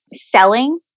selling